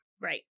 Right